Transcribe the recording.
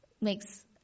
makes